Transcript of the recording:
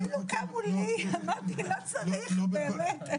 אפילו קמו לי, אמרתי שלא צריך, באמת.